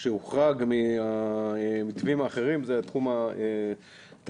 שהוחרג מהמתווים האחרים זה תחום התרבות